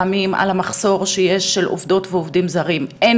המחסור שיש בעובדות ועובדים זרים אינספור פעמים,